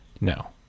No